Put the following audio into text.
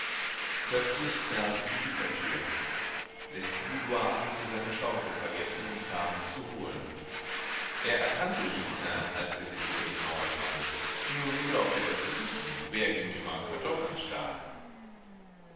plötzlich knarrte die gittertür lestiboudois hatte seine schaufel vergessen und kam sie zu holen er erkannte justin als er sich über die mauer schwang nun glaubte er zu wissen wer ihm immer kartoffeln stahl